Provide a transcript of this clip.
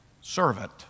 servant